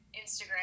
Instagram